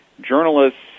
journalists